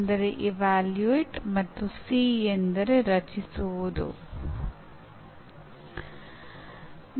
ಅವು ಸ್ವಲ್ಪಮಟ್ಟಿಗೆ ಅರೆ ಶಾಶ್ವತವಾಗುತ್ತವೆ